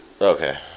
Okay